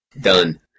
Done